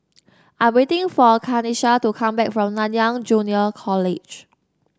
I'm waiting for Kanesha to come back from Nanyang Junior College